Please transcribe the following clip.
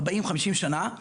50-40 שנה,